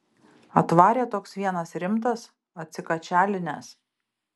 atvarė toks vienas rimtas atsikačialinęs